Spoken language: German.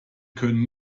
können